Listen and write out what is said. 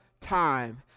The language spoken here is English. time